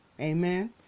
Amen